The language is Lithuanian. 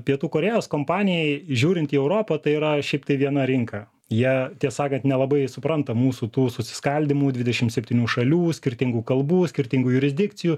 pietų korėjos kompanijai žiūrint į europą tai yra šiaip tai viena rinka jie ties sakant nelabai supranta mūsų tų susiskaldymų dvidešim septynių šalių skirtingų kalbų skirtingų jurisdikcijų